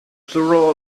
plural